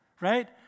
right